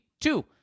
Two